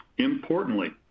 Importantly